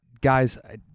Guys